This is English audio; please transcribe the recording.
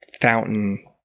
fountain